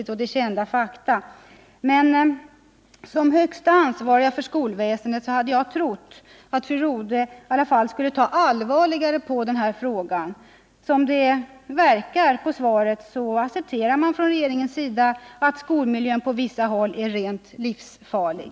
Men jag hade trott att fru Rodhe som högsta ansvariga för skolväsendet skulle ta allvarligare på denna fråga. Det verkar av svaret som om regeringen accepterar att skolmiljön på vissa håll är rent livsfarlig.